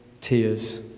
tears